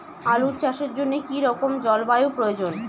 আলু চাষের জন্য কি রকম জলবায়ুর প্রয়োজন?